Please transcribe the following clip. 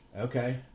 Okay